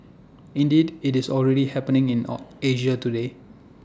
indeed IT is already happening in Asia today